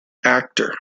actor